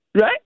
right